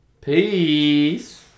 Peace